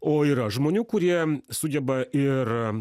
o yra žmonių kurie sugeba ir